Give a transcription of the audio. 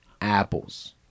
apples